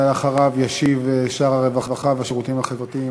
ואחריו ישיב שר הרווחה והשירותים החברתיים,